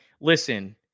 listen